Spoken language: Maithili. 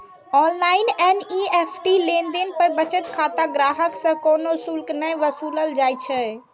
ऑनलाइन एन.ई.एफ.टी लेनदेन पर बचत खाता ग्राहक सं कोनो शुल्क नै वसूलल जाइ छै